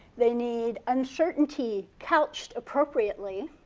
they need uncertainty couched appropriately.